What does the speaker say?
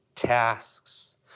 tasks